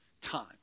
time